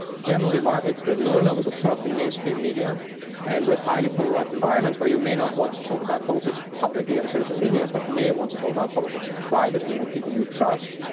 generally markets with low levels of trust in mainstream media and with highly-polarized environments where you may not want to talk about politics publicly on social media, but may want to talk about politics privately with people you trust,